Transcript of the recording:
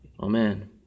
Amen